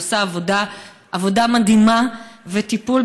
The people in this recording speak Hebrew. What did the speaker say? והיא עושה עבודה מדהימה וטיפול,